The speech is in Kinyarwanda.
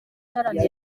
iharanira